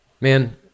Man